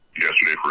Yesterday